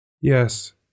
Yes